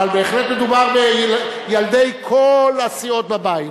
אבל בהחלט מדובר בילדי כל הסיעות בבית.